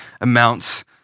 amounts